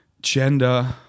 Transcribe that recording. gender